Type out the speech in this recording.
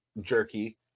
jerky